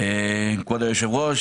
כבוד היושב ראש,